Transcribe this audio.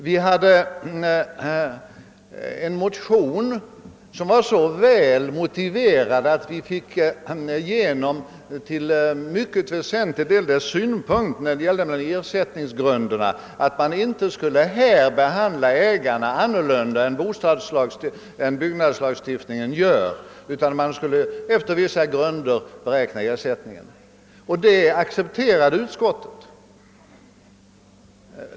Vi hade också väckt en motion som var så väl motiverad att vi i mycket väsentliga delar vann gehör för våra synpunkter rörande ersättningsgrunderna — att man inte skulle behandla ägarna annorlunda än enligt byggnadslagstiftningen utan beräkna ersättningen efter vissa grunder. Detta accepterade alltså utskottet.